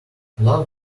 love